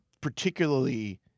particularly